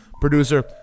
Producer